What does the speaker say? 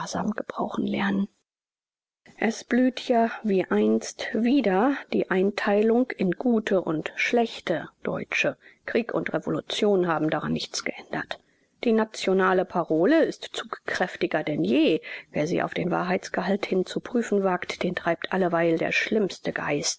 gebrauchen lernen es blüht ja wie einst wieder die einteilung in gute und schlechte deutsche krieg und revolution haben daran nichts geändert die nationale parole ist zugkräftiger denn je wer sie auf den wahrheitsgehalt hin zu prüfen wagt den treibt alleweil der schlimmste geist